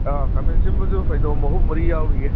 ꯑꯥ ꯈꯥꯃꯦꯟ ꯑꯁꯤꯟꯕꯁꯨ ꯐꯩꯗꯣꯝ ꯑꯍꯨꯝ ꯃꯔꯤ ꯌꯥꯏꯔꯤꯌꯦ